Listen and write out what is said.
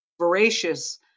voracious